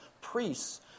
priests